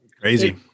crazy